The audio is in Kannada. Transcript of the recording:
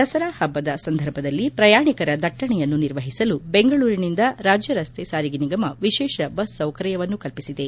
ದಸರಾ ಪಬ್ಬದ ಸಂದರ್ಭದಲ್ಲಿ ಪ್ರಯಾಣಿಕರ ದಟ್ಟಣೆಯನ್ನು ನಿರ್ವಹಿಸಲು ಬೆಂಗಳೂರಿನಿಂದ ರಾಜ್ಯ ರಸ್ತೆ ಸಾರಿಗೆ ನಿಗಮ ವಿಶೇಷ ಬಸ್ ಸೌಕರ್ಯವನ್ನು ಕಲ್ಪಿಸಿದೆ